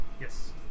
Yes